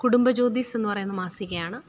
കുടുംബ ജ്യോതിസ് എന്നു പറയുന്ന മാസികയാണ്